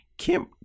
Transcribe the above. Kim